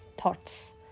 thoughts